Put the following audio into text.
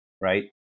right